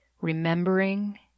remembering